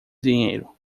dinheiro